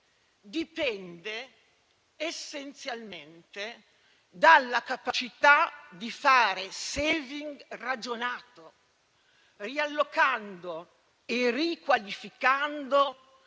dipende essenzialmente dalla capacità di fare *saving* ragionato, riallocando e riqualificando